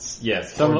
yes